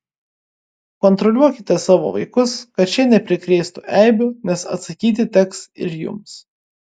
kontroliuokite savo vaikus kad šie neprikrėstų eibių nes atsakyti teks ir jums